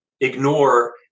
ignore